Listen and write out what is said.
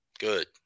Good